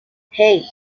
hey